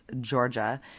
georgia